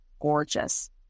gorgeous